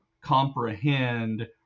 comprehend